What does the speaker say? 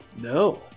No